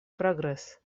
прогресс